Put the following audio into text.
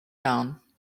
down